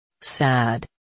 Sad